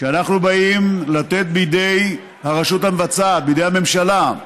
כשאנחנו באים לתת בידי הרשות המבצעת, בידי הממשלה,